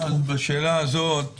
בשאלה הזאת